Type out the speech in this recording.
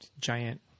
giant